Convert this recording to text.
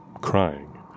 crying